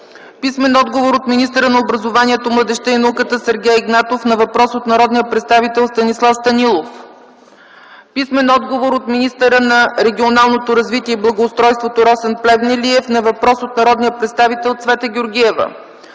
Крумова; - от министъра на образованието, младежта и науката Сергей Игнатов на въпрос от народния представител Станислав Станилов; - от министъра на регионалното развитие и благоустройството Росен Плевнелиев на въпрос от народния представител Цвета Георгиева;